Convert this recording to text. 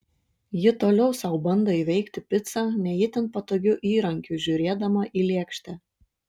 ji toliau sau bando įveikti picą ne itin patogiu įrankiu žiūrėdama į lėkštę